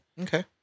okay